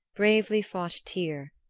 bravely fought tyr,